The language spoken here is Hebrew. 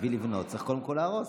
בשביל לבנות צריך קודם כול להרוס.